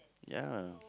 ya